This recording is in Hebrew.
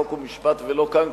חוק ומשפט ולא כאן,